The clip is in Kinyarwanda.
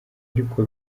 ariko